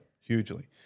hugely